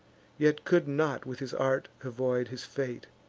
yet could not with his art avoid his fate